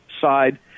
side